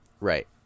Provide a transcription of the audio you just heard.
Right